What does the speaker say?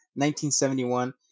1971